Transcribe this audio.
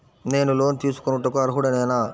నేను లోన్ తీసుకొనుటకు అర్హుడనేన?